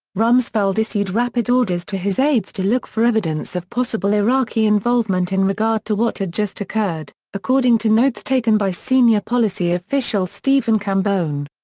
rumsfeld issued rapid orders to his aides to look for evidence of possible iraqi involvement in regard to what had just occurred, according to notes taken by senior policy official stephen cambone.